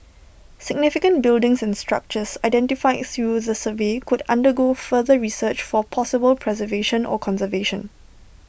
significant buildings and structures identified through the survey could undergo further research for possible preservation or conservation